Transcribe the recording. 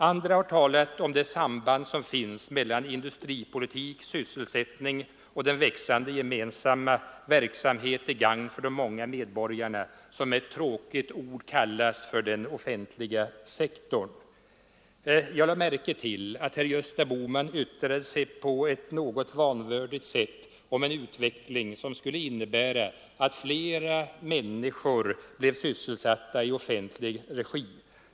Andra har talat om det samband som finns mellan industripolitik, sysselsättning och en växande gemensam verksamhet till gagn för de många medborgarna, som med ett tråkigt ord kallas för den offentliga sektorn. Jag lade märke till att herr Bohman yttrade sig på ett något vanvördigt sätt om en utveckling som skulle innebära att flera människor blev sysselsatta i offentlig regi.